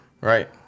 right